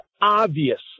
obvious